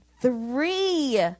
three